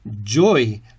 joy